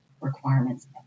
requirements